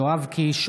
יואב קיש,